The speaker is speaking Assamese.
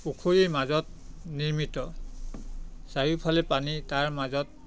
পুখুৰীৰ মাজত নিৰ্মিত চাৰিওফালে পানী তাৰ মাজত